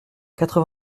quatre